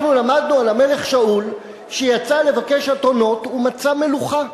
אנחנו למדנו על המלך שאול שיצא לבקש אתונות ומצא מלוכה.